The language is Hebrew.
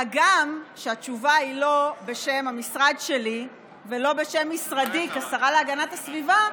והגם שהתשובה היא לא בשם המשרד שלי ולא בשם משרדי כשרה להגנת הסביבה,